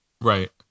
Right